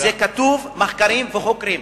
זה כתוב, מחקרים וחוקרים.